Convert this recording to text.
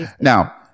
Now